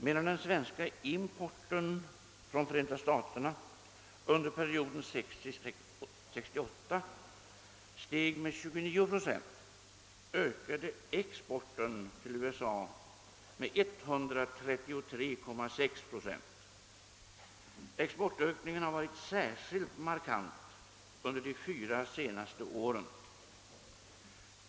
Medan den svenska importen från Förenta staterna under perioden 1960— 1968 steg med 29,9 procent ökade exporten till USA med 133,6 procent. Exportökningen har varit särskilt markant under de fyra senaste åren.